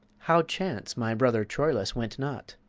how chance my brother troilus went not?